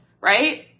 right